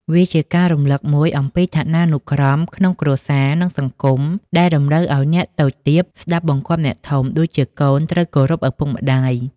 វាជាការរំលឹកមួយអំពីឋានានុក្រមក្នុងគ្រួសារ និងសង្គម ដែលតម្រូវឱ្យអ្នកតូចទាបស្តាប់បង្គាប់អ្នកធំ ដូចជាកូនត្រូវគោរពឪពុកម្តាយ។